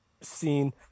seen